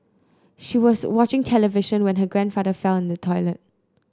she was watching television when her grandfather fell in the toilet